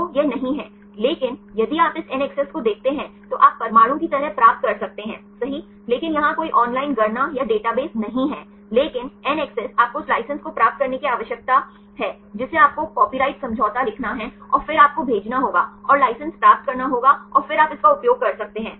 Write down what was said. तो यह नहीं है लेकिन यदि आप इस NACCESS को देखते हैं तो आप परमाणु की तरह प्राप्त कर सकते हैं सही लेकिन यहां कोई ऑनलाइन गणना या डेटाबेस नहीं है लेकिन एनएसीसीईएस आपको उस लाइसेंस को प्राप्त करने की आवश्यकता है जिसे आपको कॉपीराइट समझौता लिखना है और फिर आप को भेजना होगा और लाइसेंस प्राप्त करना होगा और फिर आप इसका उपयोग कर सकते हैं